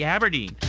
Aberdeen